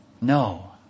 No